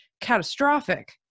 catastrophic